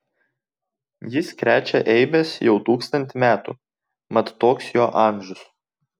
jis krečia eibes jau tūkstantį metų mat toks jo amžius